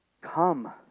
Come